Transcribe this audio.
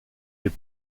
les